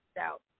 out